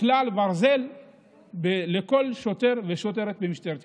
כלל ברזל לכל שוטר ושוטרת במשטרת ישראל.